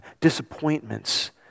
disappointments